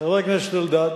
חבר הכנסת אלדד,